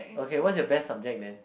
okay what's your best subject then